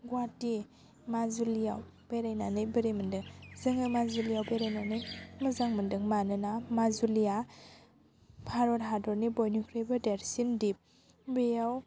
गहाटि माजुलियाव बेरायनानै बोरै मोन्दों जोङो माजुलियाव बेरायनानै मोजां मोन्दों मानोना माजुलिया भारत हादरनि बयनिख्रुयबो देरसिन दिप बेयाव